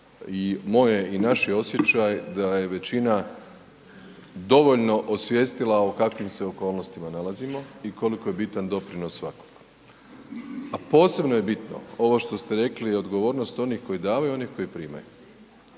i moj je i naš je osjećaj da je većina dovoljno osvijestila u kakvim se okolnostima nalazimo i koliko je bitan doprinos svakoga. A posebno je bitno ovo što ste rekli i odgovornost onih koji davaju i onih koji primaju,